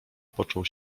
począł